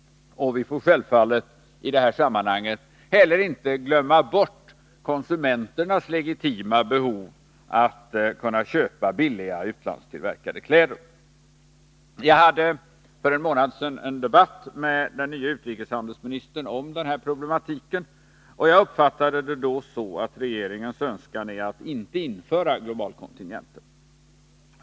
Vi får i det här sammanhanget självfallet inte glömma bort konsumenternas legitima behov av att kunna köpa billiga utlandstillverkade kläder. Jag hade för en månad sedan en debatt med den nya utrikeshandelsministern om denna problematik, och jag uppfattade det då så att regeringens önskan är att inte införa globalkontingenter.